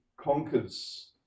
conquers